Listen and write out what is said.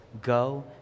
go